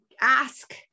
Ask